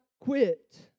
quit